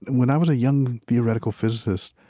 when i was a young theoretical physicist,